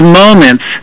moments